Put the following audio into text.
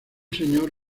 señor